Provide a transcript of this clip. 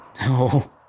No